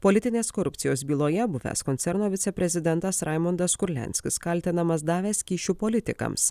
politinės korupcijos byloje buvęs koncerno viceprezidentas raimundas kurlianskis kaltinamas davęs kyšių politikams